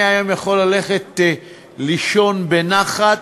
אני היום יכול ללכת לישון בנחת,